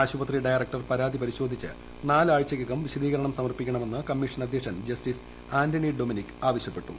ആശുപത്രി ഡയറക്ടർ പരാതി പരിശോധിച്ച് നാലാഴ്ചയ്ക്കകം വിശദീകരണം സമർപ്പിക്കണമെന്ന് കമ്മീഷൻ അദ്ധ്യക്ഷൻ ജസ്റ്റിസ് ആന്റണി ഡൊമിനിക് ആവശ്യപ്പെട്ടു